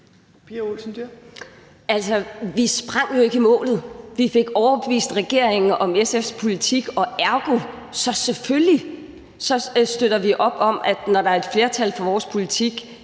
Vi sprang jo ikke i målet. Vi fik overbevist regeringen om SF's politik, og ergo støtter vi selvfølgelig op om, at når der er et flertal for vores politik,